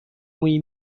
مویی